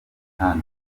utapfa